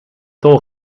tol